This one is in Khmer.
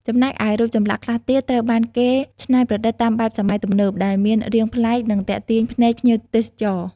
ចំណែកឯរូបចម្លាក់ខ្លះទៀតត្រូវបានគេច្នៃប្រឌិតតាមបែបសម័យទំនើប ដែលមានរាងប្លែក និងទាក់ទាញភ្នែកភ្ញៀវទេសចរ។